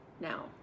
now